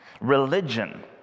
Religion